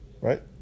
right